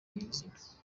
nyirizina